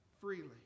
freely